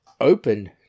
open